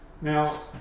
Now